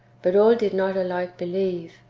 but all did not alike believe.